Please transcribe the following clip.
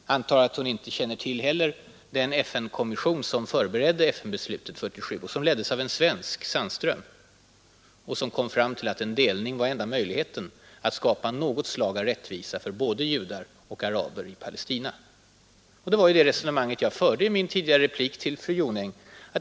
Jag antar att hon inte heller känner till den FN-kommission som förberedde FN-beslutet 1947 och som leddes av en svensk, Sandström. Den kom fram till att en delning var enda möjligheten att skapa något slag av rättvisa för både judar och araber i Palestina. Det var det resonemang jag förde i min tidigare replik till fru Jonäng.